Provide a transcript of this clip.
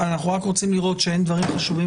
אנחנו רק רוצים לראות שאין דברים חשובים